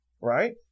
Right